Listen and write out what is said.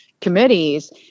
committees